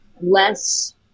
less